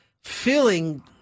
feeling